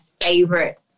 favorite